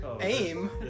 Aim